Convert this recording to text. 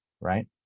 right